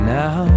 Now